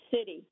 city